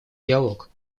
диалог